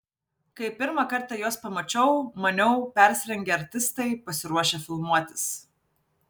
kai pirmą kartą juos pamačiau maniau persirengę artistai pasiruošę filmuotis